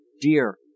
dear